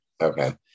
okay